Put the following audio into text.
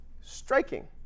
striking